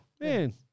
man